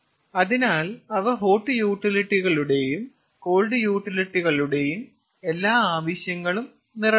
അതിനാൽ അവ ഹോട്ട് യൂട്ടിലിറ്റികളുടെയും കോൾഡ് യൂട്ടിലിറ്റികളുടെയും എല്ലാ ആവശ്യങ്ങളും നിറവേറ്റുന്നു